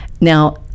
Now